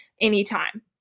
anytime